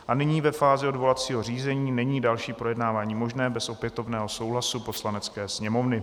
A nyní ve fázi odvolacího řízení není další projednávání možné bez opětovného souhlasu Poslanecké sněmovny.